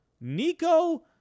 Nico